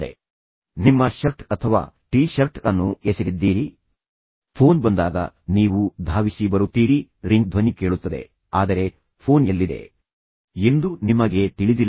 ತದನಂತರ ಕಾರ್ಡ್ಲೆಸ್ ಅಲ್ಲಿದೆ ಆದ್ದರಿಂದ ನೀವು ನಿಮ್ಮ ಶರ್ಟ್ ಅಥವಾ ಟಿ ಶರ್ಟ್ ಮತ್ತು ನಂತರ ಟವೆಲ್ ಅನ್ನು ಎಸೆದಿದ್ದೀರಿ ಮತ್ತು ನಂತರ ಫೋನ್ ಬಂದಾಗ ನೀವು ಧಾವಿಸಿ ಬರುತ್ತೀರಿ ಮತ್ತು ನಂತರ ರಿಂಗ್ ಧ್ವನಿ ಕೇಳುತ್ತದೆ ಆದರೆ ನಂತರ ಫೋನ್ ಎಲ್ಲಿದೆ ಕಾರ್ಡ್ಲೆಸ್ ಎಲ್ಲಿದೆ ಎಂದು ನಿಮಗೆ ತಿಳಿದಿಲ್ಲ